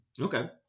Okay